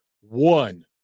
one